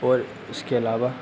और उसके अलावा